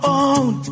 own